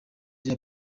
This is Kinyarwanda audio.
rya